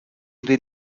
des